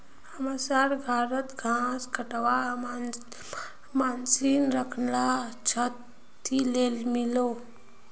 हमसर घरत घास कटवार मशीन रखाल छ, ती ले लिबो